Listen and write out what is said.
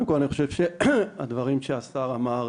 הדברים שהשר אמר,